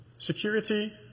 Security